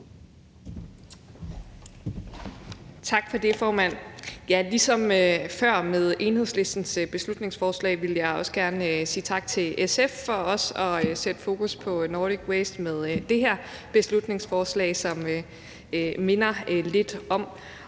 Tak for det, formand. Ligesom før med Enhedslistens beslutningsforslag vil jeg også gerne sige tak til SF for at sætte fokus på Nordic Waste med det her beslutningsforslag. Det minder lidt om